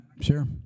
Sure